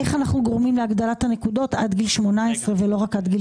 איך אנחנו גורמים להגדלת הנקודות עד גיל 18 ולא רק עד גיל